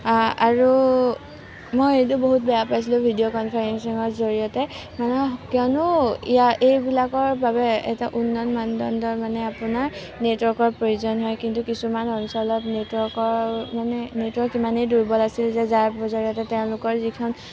আ আৰু মই এইটো বহুত বেয়া পাইছিলোঁ ভিডিও কনফাৰেন্সিঙৰ জৰিয়তে মানুহ কিয়নো এই বিলাকৰ বাবে এটা উন্নত মানদণ্ডৰ মানে আপোনাৰ নেটৱৰ্কৰ প্ৰয়োজন হয় কিন্তু কিছুমান অঞ্চলত নেটৱৰ্কৰ মানে নেটৱৰ্ক ইমানেই দূৰ্বল আছিল যে যাৰ জৰিয়তে তেওঁলোকৰ যিখন